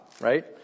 right